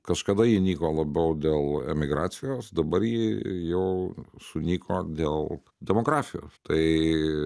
kažkada ji nyko labiau dėl emigracijos dabar ji jau sunyko dėl demografijos tai